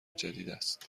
جدیداست